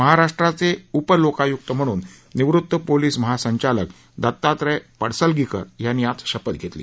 महाराष्ट्राचे उप लोकायुक्त म्हणून निवृत्त पोलीस महासंचालक दत्तात्रय पडसलगीकर यांनी आज शपथ घेतली